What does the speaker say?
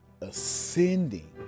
ascending